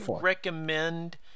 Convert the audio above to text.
recommend